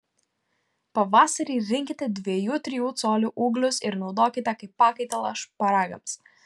pavasarį rinkite dviejų trijų colių ūglius ir naudokite kaip pakaitalą šparagams